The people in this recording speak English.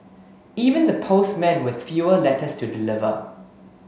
even the postmen with fewer letters to deliver